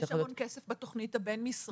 יש המון כסף בתוכנית הבין משרדית.